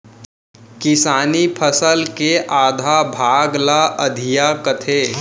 किसानी फसल के आधा भाग ल अधिया कथें